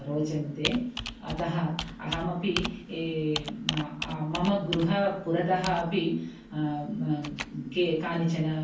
रोचन्ते अतः अहमपि ये मम मम गृहं पुरतः अपि के कानिचन